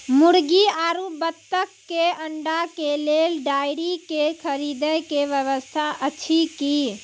मुर्गी आरु बत्तक के अंडा के लेल डेयरी के खरीदे के व्यवस्था अछि कि?